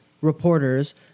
reporters